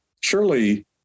surely